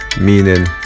meaning